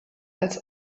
als